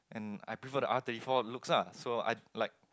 and I prefer the R thirty four looks lah so I like